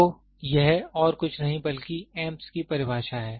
तो यह और कुछ नहीं बल्कि Amps की परिभाषा है